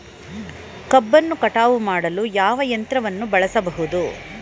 ಕಬ್ಬನ್ನು ಕಟಾವು ಮಾಡಲು ಯಾವ ಯಂತ್ರವನ್ನು ಬಳಸಬಹುದು?